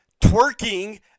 twerking